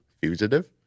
Fugitive